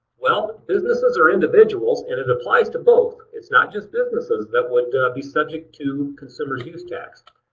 well businesses or individuals, and it applies to both, it's not just businesses that would be subject to consumer's use tax.